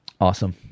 Awesome